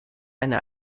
einer